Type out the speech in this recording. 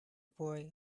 boy